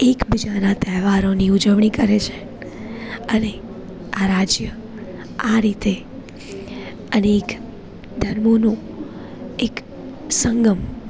એક બીજાના તહેવારોની ઉજવણી કરે છે અને આ રાજ્ય આ રીતે અનેક ધર્મોનું એક સંગમ